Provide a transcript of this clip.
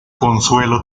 consuelo